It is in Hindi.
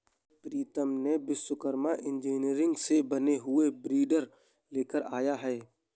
प्रीतम ने विश्वकर्मा इंजीनियरिंग से बने हुए वीडर लेकर आया है